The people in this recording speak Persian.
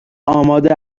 آماده